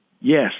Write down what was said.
Yes